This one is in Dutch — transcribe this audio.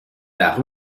daar